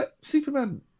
Superman